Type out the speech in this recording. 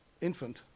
infant